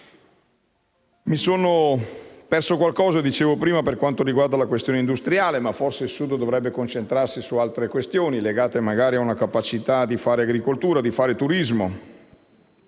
mi sono perso qualcosa per ciò che riguarda la questione industriale, ma forse il Sud dovrebbe concentrarsi su altre questioni, legate magari alla capacità di fare agricoltura e turismo.